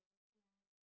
ya